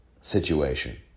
situation